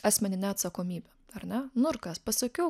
asmenine atsakomybe ar ne nu ir kas pasakiau